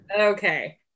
okay